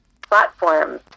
platform